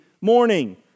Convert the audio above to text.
morning